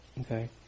Okay